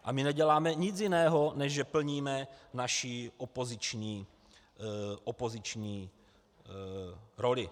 A my neděláme nic jiného, než že plníme naší opoziční roli.